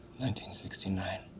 1969